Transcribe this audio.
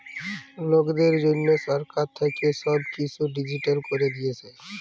লকদের জনহ সরকার থাক্যে সব কিসু ডিজিটাল ক্যরে দিয়েসে